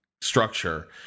structure